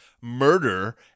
murder